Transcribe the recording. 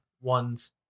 ones